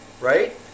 Right